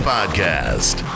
Podcast